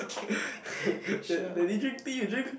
dad~ daddy drink tea you drink